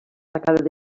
tacada